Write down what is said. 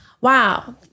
Wow